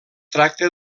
tracta